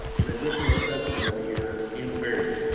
in a different assessment every year and varied.